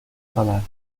falar